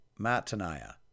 Mataniah